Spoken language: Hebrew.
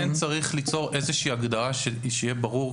כן צריך ליצור איזושהי הגדרה שיהיה ברור,